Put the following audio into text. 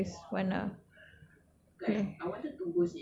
but people say that is tone of he scariest one ah